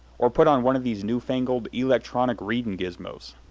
or put on one of these new-fangled e-lectronic readin' gizmos.